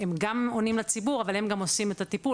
הם גם עונים לציבור אבל הם גם עושים את הטיפול